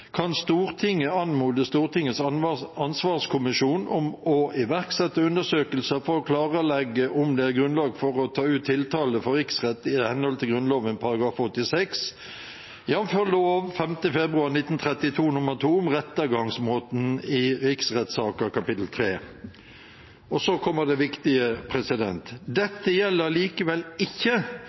kan Stortinget anmode Stortingets ansvarskommisjon om å iverksette undersøkelser for å klarlegge om det er grunnlag for å ta ut tiltale for riksrett i henhold til Grunnloven § 86, jf. lov 5. februar 1932 nr. 2 om rettergangsmåten i riksrettssaker kapittel 3.» Og så kommer det viktige: «Dette gjelder likevel ikke